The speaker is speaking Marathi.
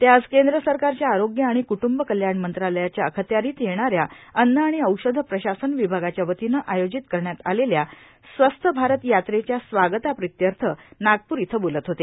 ते आज केंद्र सरकारच्या आरोग्य आणि क्टूंब कल्याण मंत्रालयाच्या अखत्यारीत येणाऱ्या अन्न आणि औषध प्रशासन विभागाच्या वतीनं आयोजित करण्यात आलेल्या स्वस्थ भारत यात्रेच्या स्वागताप्रित्यर्थ नागपूर इथं बोलत होते